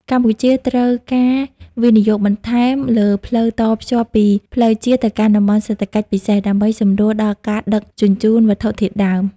កម្ពុជាត្រូវការវិនិយោគបន្ថែមលើផ្លូវតភ្ជាប់ពីផ្លូវជាតិ ទៅកាន់តំបន់សេដ្ឋកិច្ចពិសេស ដើម្បីសម្រួលដល់ការដឹកជញ្ជូនវត្ថុធាតុដើម។